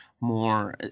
more